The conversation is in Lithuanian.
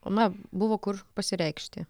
na buvo kur pasireikšti